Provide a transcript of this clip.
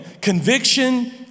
Conviction